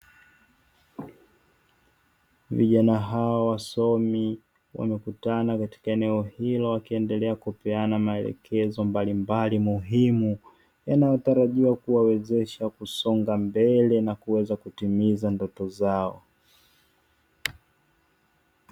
Vijana hao wasomi wamekutana katika eneo hilo wakiendelea kupeana maelekezo mbalimbali muhimu yanayotarajiwa kuwawezesha kusonga mbele na kuweza kutimiza ndoto zao.